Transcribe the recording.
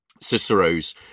Cicero's